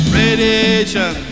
radiation